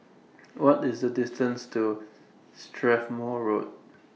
What IS The distance to Strathmore Road